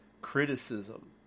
criticism